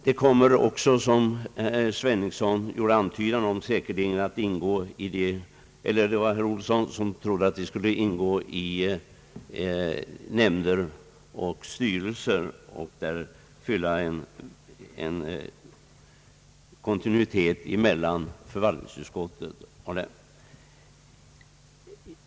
Dessa kommer också — enligt vad herr Erik Olsson har antytt — att ingå i nämnder och styrelser för att vid handläggningen av frågorna bevara kontinuiteten mellan dessa organ och förvaltningsutskottet.